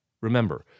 Remember